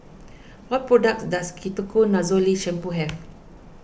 what products does Ketoconazole Shampoo have